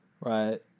Right